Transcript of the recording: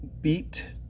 beat